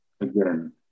again